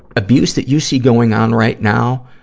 abuse that you see going on right now,